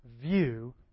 view